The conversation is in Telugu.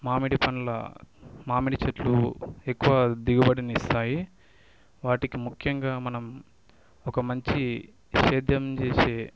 మామిడి పండ్ల మామిడి చెట్లు ఎక్కువ దిగుబడిని ఇస్తాయి వాటికి ముఖ్యంగా మనం ఒక మంచి సేద్యం చేసే